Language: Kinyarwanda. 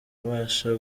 abasha